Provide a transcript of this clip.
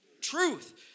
Truth